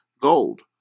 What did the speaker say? gold